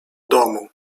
domu